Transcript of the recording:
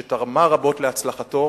שתרמה רבות להצלחתו,